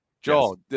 Joel